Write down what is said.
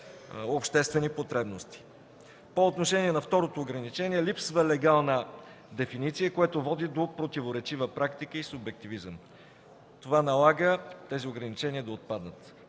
обществени потребности. По отношение на второто ограничение липсва легална дефиниция, което води до противоречива практика и субективизъм. Това налага тези ограничения да отпаднат.